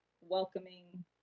welcoming